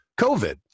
COVID